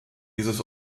dieses